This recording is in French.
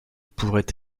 pourrait